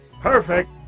Perfect